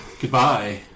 Goodbye